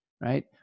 right